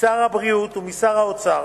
משר הבריאות ומשר האוצר